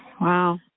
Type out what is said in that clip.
Wow